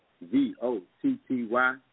V-O-T-T-Y